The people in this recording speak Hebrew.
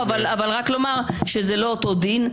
רק לומר שזה אותו דין.